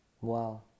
Wow